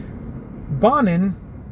Bonin